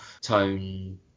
tone